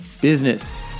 Business